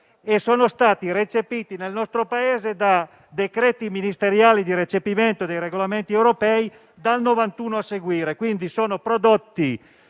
che sono stati recepiti nel nostro Paese da decreti ministeriali di recepimento dei regolamenti europei dal 1991 a seguire, quindi sono prodotti